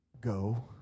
Go